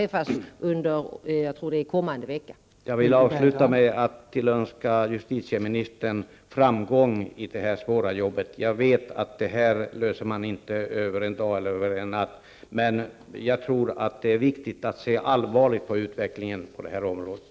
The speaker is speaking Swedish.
Fru talman! Jag vill avsluta med att tillönska justitieministern framgång i det svåra arbetet. Jag vet att detta inte är problem som kan lösas över en dag eller en natt, men jag tror att det är viktigt att se allvarligt på utvecklingen på det här området.